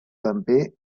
també